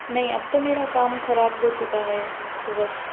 نہیں اب تو میرا کام خراب ہو چُکا ہے تو بس